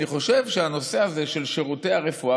אני חושב שהנושא הזה של שירותי הרפואה,